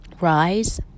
rise